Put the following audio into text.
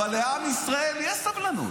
אבל לעם ישראל יש סבלנות.